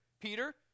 Peter